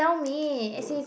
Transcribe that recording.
don't want